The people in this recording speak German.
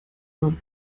wird